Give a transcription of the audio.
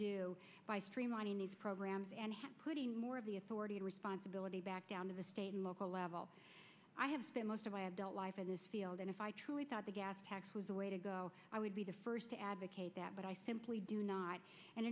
do by streamlining these programs and more of the authority and responsibility back down to the state and local level i have most of my adult life in this field and if i truly thought the gas tax was the way to go i would be the first to advocate that but i simply do not and